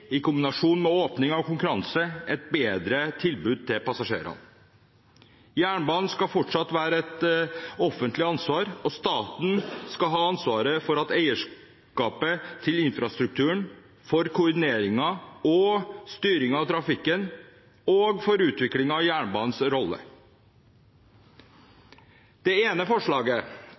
i kombinasjon med åpning av konkurranse – et bedre tilbud til passasjerene. Jernbanen skal fortsatt være et offentlig ansvar, og staten skal ha ansvaret for eierskapet til infrastrukturen, for koordineringen og styringen av trafikken, og for utviklingen av jernbanens rolle. Det ene forslaget